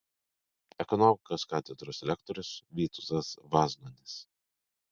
ekonomikos katedros lektorius vytautas vaznonis